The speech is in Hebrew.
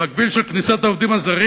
במקביל לכניסת העובדים הזרים,